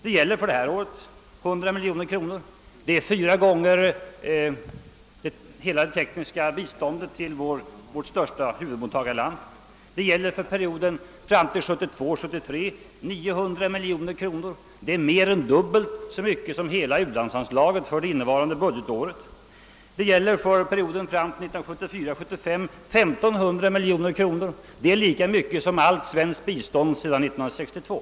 Det gäller för nästa budgetår 100 miljoner kronor — det är fyra gånger hela det tekniska biståndet till vårt största huvudmottagarland. Det gäller 900 miljoner kronor för perioden fram till 1972 75. Det är lika mycket som allt svenskt bistånd sedan 1962.